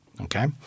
okay